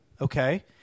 okay